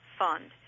fund